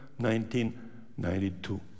1992